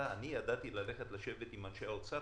אני ידעתי לשבת עם אנשי האוצר,